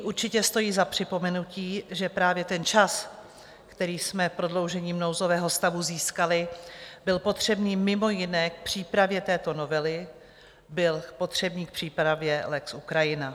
Nyní určitě stojí za připomenutí, že právě ten čas, který jsme prodloužením nouzového stavu získali, byl potřebný mimo jiné k přípravě této novely, byl potřebný k přípravě lex Ukrajina.